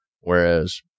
Whereas